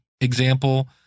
example